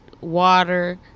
water